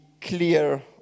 clear